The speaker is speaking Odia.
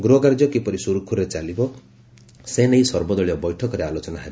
ଗୃହକାର୍ଯ୍ୟ କିପରି ସୁରୁଖୁରୁରେ ଚାଲିବ ସେନେଇ ସର୍ବଦଳୀୟ ବୈଠକରେ ଆଲୋଚନା ହେବ